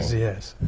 yes.